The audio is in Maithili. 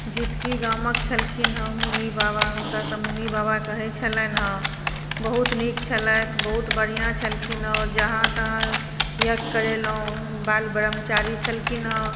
झिटकी गामक छलखिन हेँ मुनि बाबा हुनका सभ मुनि बाबा कहैत छलनि हेँ बहुत नीक छलथि बहुत बढ़िआँ छलखिन हेँ ओ जहाँ तहाँ यज्ञ करेलहुँ बाल ब्रह्मचारी छलखिन हेँ